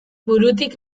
burutik